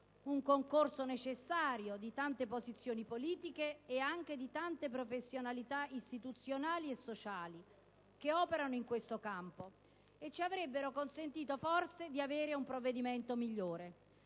un concorso necessario di tante posizioni politiche e anche di tante professionalità istituzionali e sociali che operano in questo campo, e quindi la possibilità, forse, di avere un provvedimento migliore.